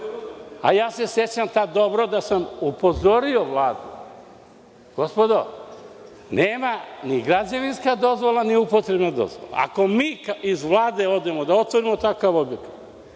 Sećam se tada dobro da sam upozorio Vladu. Gospodo nema ni građevinsku dozvolu, ni upotrebnu dozvolu. Ako mi iz Vlade odemo da otvorimo takav objekat,